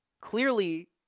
clearly